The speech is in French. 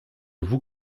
vous